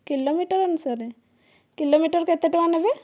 kilometre ଅନୁସାରେ kilometre କେତେ ଟଙ୍କା ନେବେ